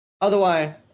Otherwise